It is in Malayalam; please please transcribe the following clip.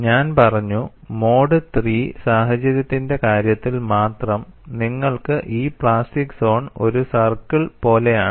ഞാൻ പറഞ്ഞു മോഡ് III സാഹചര്യത്തിന്റെ കാര്യത്തിൽ മാത്രം നിങ്ങൾക്ക് ഈ പ്ലാസ്റ്റിക് സോൺ ഒരു സർക്കിൾ പോലെയാണ്